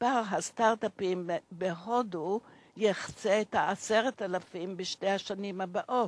מספר הסטרט-אפים בהודו יחצה את ה-10,000 בשנתיים הבאות.